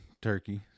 turkey